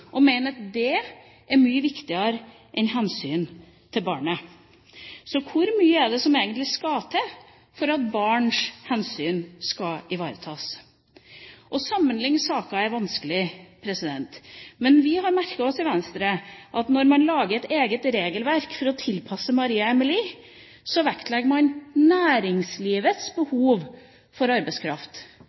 og mener det er mye viktigere enn hensynet til barnet. Så hvor mye er det som egentlig skal til for at barns hensyn skal ivaretas? Å sammenligne saker er vanskelig. Men vi i Venstre har merket oss at når man lager et eget regelverk for å tilpasse det til Marie Amelie, vektlegger man næringslivets behov for arbeidskraft.